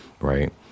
right